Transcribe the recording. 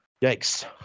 yikes